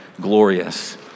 glorious